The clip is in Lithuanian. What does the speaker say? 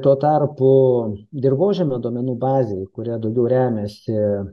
tuo tarpu dirvožemio duomenų bazėj kuria daugiau remiasi